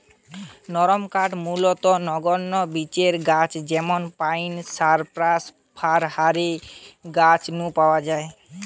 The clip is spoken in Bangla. নরমকাঠ মূলতঃ নগ্নবীজের গাছ যেমন পাইন, সাইপ্রাস, ফার হারি গাছ নু পাওয়া যায়